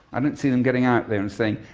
i don't see them getting out there and saying,